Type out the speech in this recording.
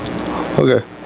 Okay